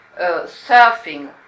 surfing